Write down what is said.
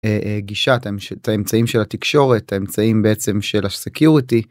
הגישה את האמצעים של התקשורת האמצעים בעצם של security.